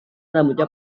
rambutnya